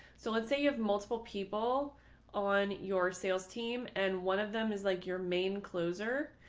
so let's say you have multiple people on your sales team and one of them is like your main closer.